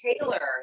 Taylor